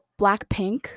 Blackpink